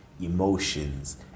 emotions